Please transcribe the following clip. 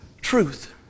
Truth